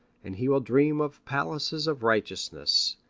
and he will dream of palaces of righteousness,